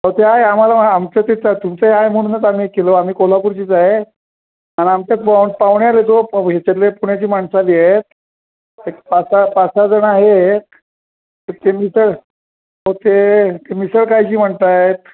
हो ते आहे आम्हाला आमचं तेच तुमचं आहे म्हणूनच आम्ही केलो आम्ही कोल्हापुरचीच आहे आणि आमच्या पा पाहुणे आ तो हेच्याले पुण्याची माणसं आली आहेत एक पाच सहा पाच सहा जणं आहेत ते मिसळ हो ते ते मिसळ खायची म्हणत आहेत